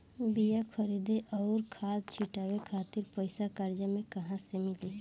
बीया खरीदे आउर खाद छिटवावे खातिर पईसा कर्जा मे कहाँसे मिली?